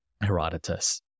Herodotus